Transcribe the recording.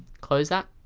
close that